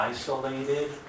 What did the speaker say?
Isolated